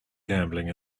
gambling